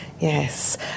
Yes